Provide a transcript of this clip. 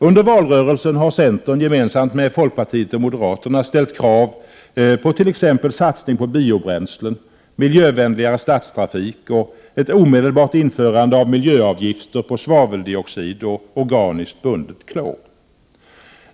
Under valrörelsen har centern gemensamt med folkpartiet och moderaterna ställt krav på t.ex. satsning på biobränslen, miljövänligare stadstrafik och ett omedelbart införande av miljöavgifter på svaveldioxid och organiskt bundet klor.